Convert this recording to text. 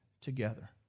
together